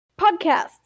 Podcasts